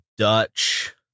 Dutch